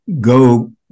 go